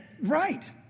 Right